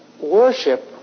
Worship